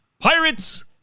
Pirates